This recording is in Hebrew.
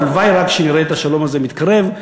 הלוואי רק שנראה את השלום הזה מתקרב.